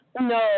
No